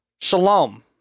Shalom